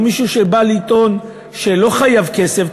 או מישהו שבא לטעון שאינו חייב כסף,